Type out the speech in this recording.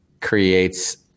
creates